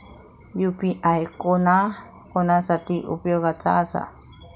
UPI कोणा कोणा साठी उपयोगाचा आसा?